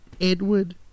Edward